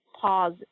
pause